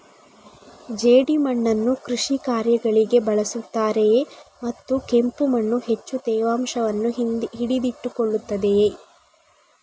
ಜೇಡಿಮಣ್ಣನ್ನು ಕೃಷಿ ಕಾರ್ಯಗಳಿಗೆ ಬಳಸುತ್ತಾರೆಯೇ ಮತ್ತು ಕೆಂಪು ಮಣ್ಣು ಹೆಚ್ಚು ತೇವಾಂಶವನ್ನು ಹಿಡಿದಿಟ್ಟುಕೊಳ್ಳುತ್ತದೆಯೇ?